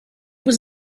was